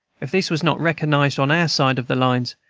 if this was not recognized on our side of the lines,